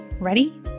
Ready